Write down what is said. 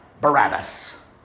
Barabbas